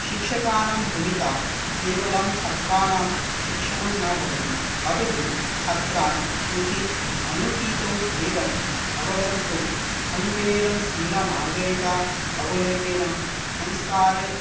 शिक्षकानां भूमिका केवलं छात्राणां शिक्षणं न भवति अपि तु छात्रान् उचित अनुचितो भेदं अवगन्तुम् संवेदनशीलनागरिका अवलोकेन संस्कारे